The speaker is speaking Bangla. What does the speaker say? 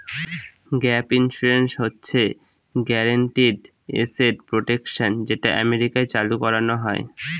গ্যাপ ইন্সুরেন্স হচ্ছে গ্যারান্টিড এসেট প্রটেকশন যেটা আমেরিকায় চালু করানো হয়